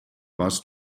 was